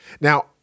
Now